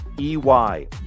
EY